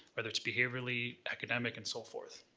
whether it's behaviorally, academic, and so forth.